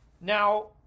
Now